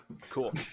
Cool